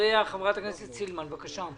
ואחריה חברת הכנסת סילמן, בבקשה.